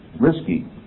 risky